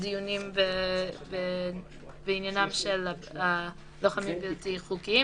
דיונים בעניינם של --- בלתי חוקיים,